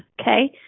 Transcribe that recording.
okay